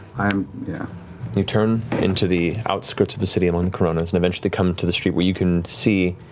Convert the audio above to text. um yeah you turn into the outskirts of the city and in coronas and eventually come to the street where you can see,